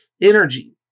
energy